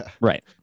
right